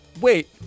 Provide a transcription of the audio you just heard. Wait